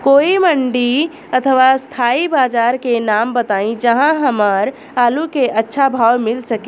कोई मंडी अथवा स्थानीय बाजार के नाम बताई जहां हमर आलू के अच्छा भाव मिल सके?